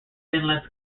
inlets